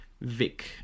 Vic